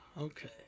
Okay